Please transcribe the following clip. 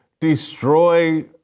destroy